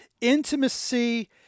intimacy